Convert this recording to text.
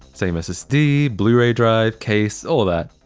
same ssd, blu-ray drive, case, all that.